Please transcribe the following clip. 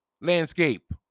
landscape